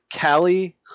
Callie